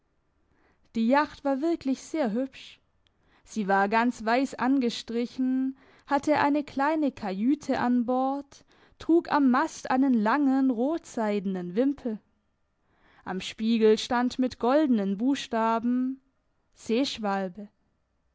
die jacht war wirklich sehr hübsch sie war ganz weiss angestrichen hatte eine kleine kajüte an bord trug am mast einen langen rotseidenen wimpel am spiegel stand mit goldenen buchstaben seeschwalbe